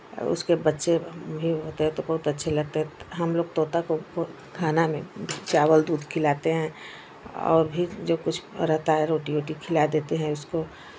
और उसके बच्चे भी होते हैं तो बहुत अच्छे लगते हैं हमलोग तोता को खाना में चावल दूध खिलाते हैं और भी जो कुछ रहता है रोटी ओटी खिला देते हैं उसको